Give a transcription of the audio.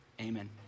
Amen